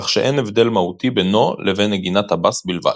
כך שאין הבדל מהותי בינו לבין נגינת הבס בלבד.